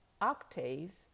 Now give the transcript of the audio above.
OCTAVES